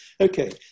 Okay